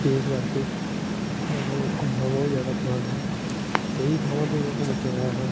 ਜਿਸ ਕਰਕੇ ਮੈਨੂੰ ਘੁੰਮਣਾ ਬਹੁਤ ਜ਼ਿਆਦਾ ਪਸੰਦ ਹੈ ਕਈ ਥਾਵਾਂ 'ਤੇ ਮੈਂ ਘੁੰਮ ਕੇ ਆਇਆ ਹਾਂ